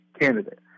candidate